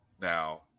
Now